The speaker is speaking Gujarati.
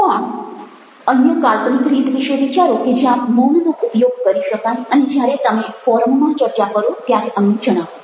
પણ અન્ય કાલ્પનિક રીત વિશે વિચારો કે જ્યાં મૌનનો ઉપયોગ કરી શકાય અને જ્યારે તમે ફોરમમાં ચર્ચા કરો ત્યારે અમને જણાવો